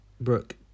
Brooke